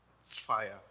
fire